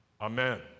Amen